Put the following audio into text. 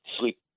sleep